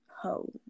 home